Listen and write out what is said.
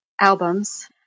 albums